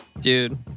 dude